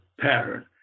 pattern